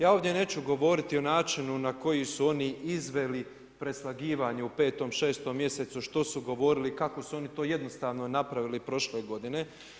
Ja ovdje neće govoriti o načinu na koji su oni izveli preslagivanje u 5., 6. mjesecu što su govorili, kako su oni to jednostavno pravili prošle godine.